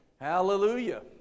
Hallelujah